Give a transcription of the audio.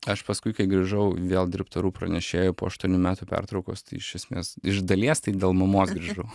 aš paskui kai grįžau vėl dirbt orų pranešėju po aštuonių metų pertraukos tai iš esmės iš dalies tai dėl mamos grįžau